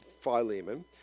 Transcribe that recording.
Philemon